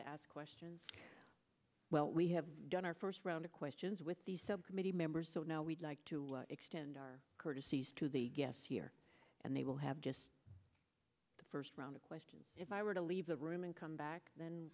to ask questions well we have done our first round of questions with the subcommittee members so now we'd like to extend our courtesies to the guests here and they will have just the first round of questions if i were to leave the room and come back then